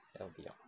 that will be all